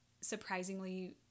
surprisingly